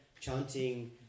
chanting